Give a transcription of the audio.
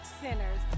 sinners